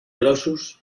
grossos